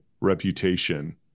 reputation